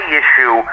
issue